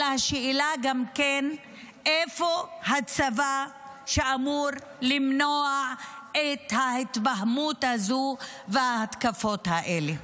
אלא השאלה גם איפה הצבא שאמור למנוע את ההתבהמות הזו וההתקפות האלה.